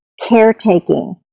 caretaking